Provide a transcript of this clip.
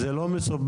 זה לא מסובך,